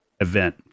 event